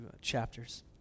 chapters